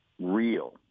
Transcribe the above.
real